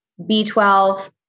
B12